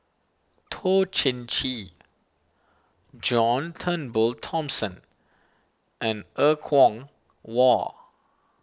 Toh Chin Chye John Turnbull Thomson and Er Kwong Wah